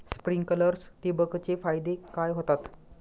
Sprinklers ठिबक चे फायदे काय होतात?